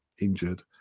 injured